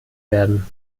werden